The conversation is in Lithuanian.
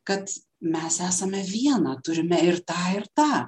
kad mes esame viena turime ir tą ir tą